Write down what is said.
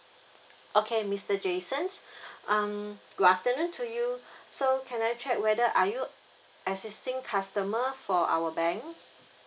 okay mister jason um good afternoon to you so can I check whether are you existing customer for our bank